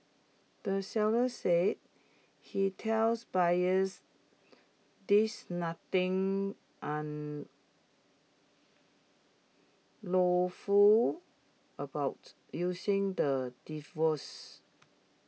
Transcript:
the seller said he tells buyers there's nothing unlawful about using the devices